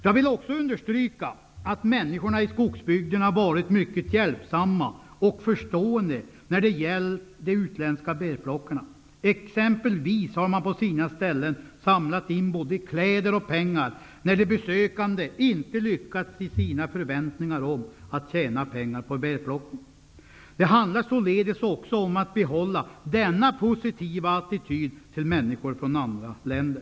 Jag vill också understryka att människorna i skogsbygderna varit mycket hjälpsamma och förstående när det gällt de utländska bärplockarna. Man har exempelvis, på sina ställen, samlat in både kläder och pengar när de besökande inte lyckats att efter förväntan tjäna pengar på bärplockning. Det handlar således också om att behålla denna positiva attityd till människor från andra länder.